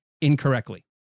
incorrectly